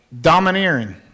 Domineering